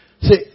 See